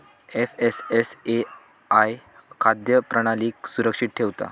FSSAI खाद्य प्रणालीक सुरक्षित ठेवता